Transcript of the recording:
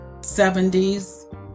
70s